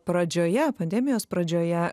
pradžioje pandemijos pradžioje